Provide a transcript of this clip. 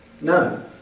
No